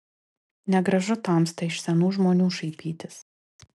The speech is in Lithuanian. negražu tamsta iš senų žmonių šaipytis